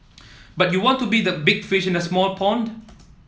but you want to be the big fish in a small pond